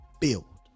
build